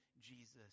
Jesus